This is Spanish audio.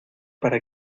para